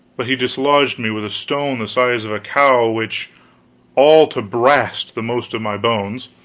but he dislodged me with a stone the size of a cow, which all-to brast the most of my bones,